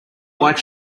white